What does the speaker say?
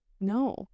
No